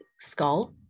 skull